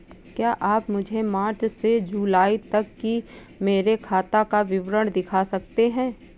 क्या आप मुझे मार्च से जूलाई तक की मेरे खाता का विवरण दिखा सकते हैं?